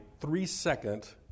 three-second